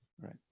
Right